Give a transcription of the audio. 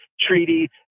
treaty